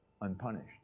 unpunished